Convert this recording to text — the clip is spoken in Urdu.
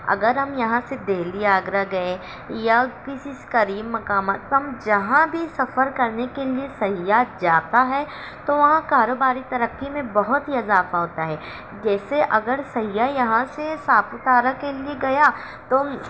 اگر ہم یہاں سے دہلی آگرہ گئے یا کسی سے قریب مقامت ہم جہاں بھی سفر کرنے کے لیے سیاح جاتا ہے تو وہاں کاروباری ترقی میں بہت ہی اضافہ ہوتا ہے جیسے اگر سیاح یہاں سے ساپو پارہ کے لیے گیا تو